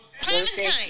Clementine